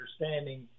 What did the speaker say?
understanding